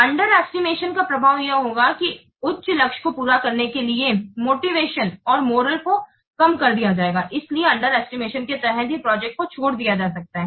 under estimation का प्रभाव यह होगा है कि उच्च लक्ष्य को पूरा करने के लिए प्रेरणा और मनोबल को कम कर दिया जायेगा इसलिए अंडर एस्टिमेशन के तहत ही प्रोजेक्ट को छोड़ दिया जा सकता है